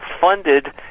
funded